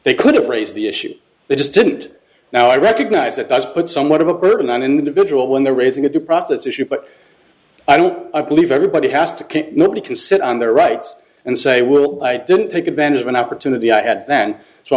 they could have raised the issue they just didn't now i recognize that does put somewhat of a burden on individual when the raising the due process issue but i don't i believe everybody has to can't nobody can sit on their rights and say we'll i didn't take advantage of an opportunity i had then so i